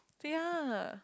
say ah